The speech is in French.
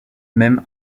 même